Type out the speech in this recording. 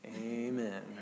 amen